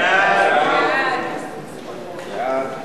סעיף 1, כהצעת הוועדה, נתקבל.